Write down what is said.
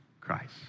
Christ